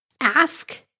Ask